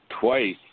twice